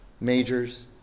majors